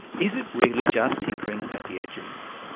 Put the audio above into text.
is it really just tinkering at the edges?